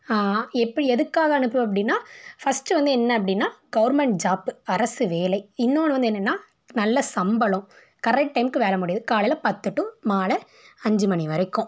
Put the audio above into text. எப்படி எதுக்காக அனுப்புவேன் அப்படின்னா ஃபஸ்ட்டு வந்து என்ன அப்படின்னா கவுர்மெண்ட் ஜாப்பு அரசு வேலை இன்னொன்னு வந்து என்னன்னா நல்ல சம்பளம் கரெக்ட் டைமுக்கு வேலை முடியுது காலையில் பத்து டு மாலை அஞ்சு மணி வரைக்கும்